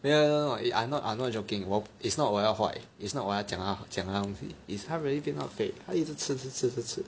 没有 no no no I'm not I'm not joking 我 is not 我要坏 is not 我要讲他讲他东西 is 他 really 变到很肥他一直吃一直吃一直吃